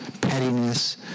pettiness